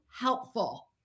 helpful